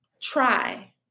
try